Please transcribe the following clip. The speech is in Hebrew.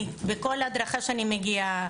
בכל הדרכה שאני מגיעה,